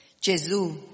Jesus